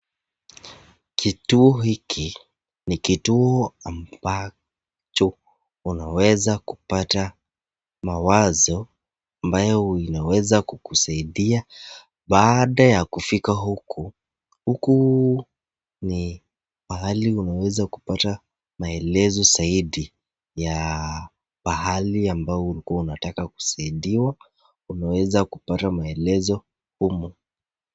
Kituo hiki ni kituo ambacho unaweza kupata mawazo ambayo inaweza kusaidia baada ya kufika huku. Huku ni pahali unaweza kupata maelezo zaidi ya pahali ambao ulikuwa unataka kusaidiwa, unaweza kupata maelezo humu.